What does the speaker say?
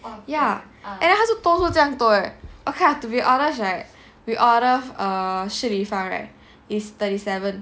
ya then 他多是这样多 leh okay to be honest right we order uh Shi Li Fang right is thirty seven